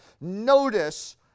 notice